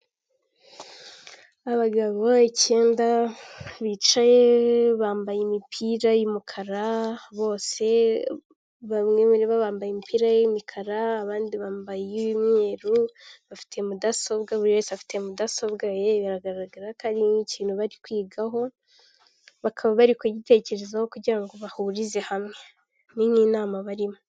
Ni imodoka ndende itwara abagenzi muri rusange iri gutambuka mumuhanda, ifite ibara ry'ubururu hasi rikurikirana n'iry'umweru agahondo gake ndetse n'ibirahuri by'umukara iruhande rw'umuhanda hari gutambuka umuntu.